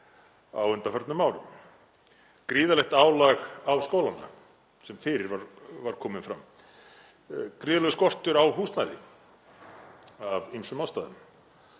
á undanförnum árum; gríðarlegt álag á skólana sem fyrir var komið fram, gríðarlegur skortur á húsnæði af ýmsum ástæðum